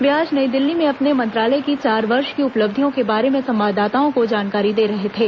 वे आज नई दिल्ली में अपने मंत्रालय की चार वर्ष की उपलब्धियों के बारे में संवाददाताओं को जानकारी दे रहे थे